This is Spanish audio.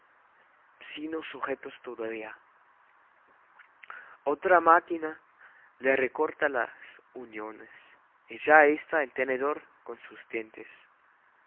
otra máquina le recorta las uniones y ya está el tenedor con sus dientes